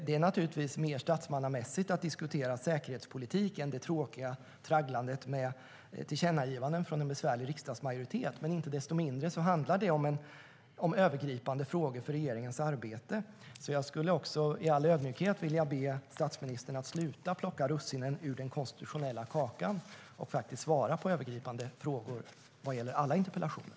Det är naturligtvis mer statsmannamässigt att diskutera säkerhetspolitik än det tråkiga tragglandet med tillkännagivanden från en besvärlig riksdagsmajoritet, men icke desto mindre handlar det om övergripande frågor för regeringens arbete. Därför skulle jag i all ödmjukhet vilja be statsministern att sluta plocka russinen ur den konstitutionella kakan och faktiskt svara på övergripande frågor vad gäller alla interpellationer.